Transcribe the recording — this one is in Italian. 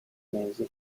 mesi